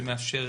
שמאפשר